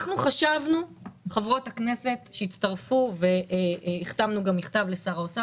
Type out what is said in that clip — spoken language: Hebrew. אנחנו חברות הכנסת חשבנו שהצטרפו - והחתמנו גם מכתב לשר האוצר